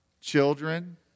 children